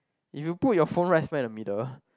if you put right smack in the middle